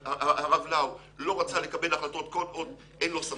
הרב לאו לא רצה לקבל החלטות כל עוד אין לו סמכות.